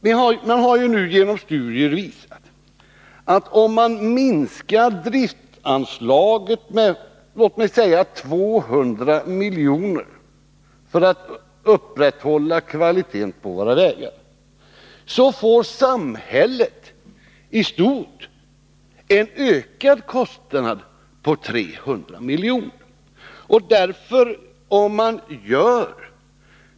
Men man har ju nu genom studier visat, att om man minskar driftanslaget med låt mig säga 200 milj.kr. för att upprätthålla kvaliteten på våra vägar, får samhället i stort en ökad kostnad på 300 milj.kr.